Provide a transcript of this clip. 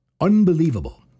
Unbelievable